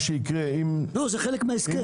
לא, זה חלק מההסכם.